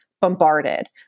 bombarded